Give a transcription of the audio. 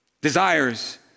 desires